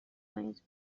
کنید